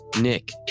Nick